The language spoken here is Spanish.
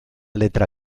letra